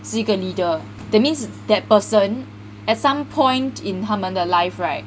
是一个 leader that means that person at some point in 他们的 life right